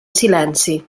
silenci